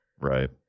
right